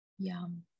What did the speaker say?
Yum